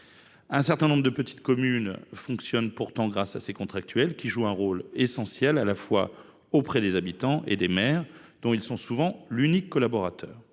Un certain nombre de petites communes fonctionnent pourtant grâce à ces contractuels, qui jouent un rôle essentiel, à la fois auprès des habitants et des maires, dont ils sont souvent l’unique collaborateur.